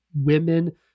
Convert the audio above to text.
women